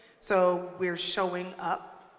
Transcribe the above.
so we're showing up.